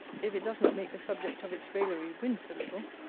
if it does not make the subject of its raillery wince a little.